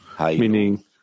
meaning